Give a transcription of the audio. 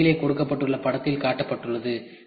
இது கீழே கொடுக்கப்பட்டுள்ள படத்தில் காட்டப்பட்டுள்ளது